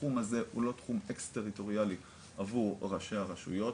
התחום הזה הוא לא תחום אקס טריטוריאלי עבור ראשי הרשויות,